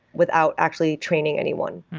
without actually training anyone.